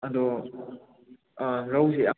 ꯑꯗꯣ ꯑ ꯔꯧꯁꯦ